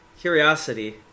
curiosity